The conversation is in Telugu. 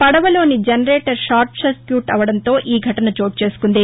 పడవలోని జనరేటర్ షార్ట్సర్మూట్ అవటంతో ఈ ఘటన చోటుచేసుకుంది